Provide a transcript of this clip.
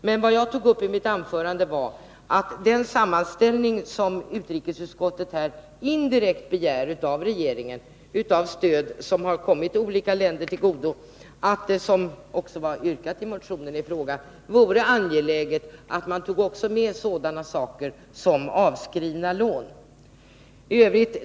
Men vad jag tog upp i mitt anförande var det angelägna i att man i den sammanställning som utrikesutskottet indirekt begär av regeringen av det stöd som har kommit olika länder till godo också tar med sådana saker som avskrivna lån. Det har även yrkats i motionen i fråga.